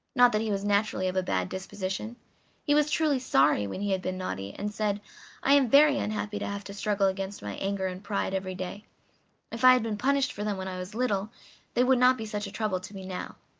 not that he was naturally of a bad disposition he was truly sorry when he had been naughty, and said i am very unhappy to have to struggle against my anger and pride every day if i had been punished for them when i was little they would not be such a trouble to me now.